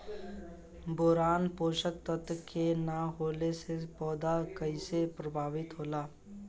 Boron पोषक तत्व के न होला से पौधा कईसे प्रभावित होला?